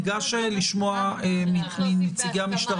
נשמע את נציגי המשטרה.